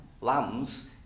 lambs